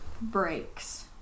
breaks